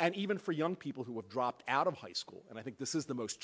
and even for young people who have dropped out of high school and i think this is the most